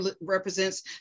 represents